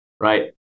right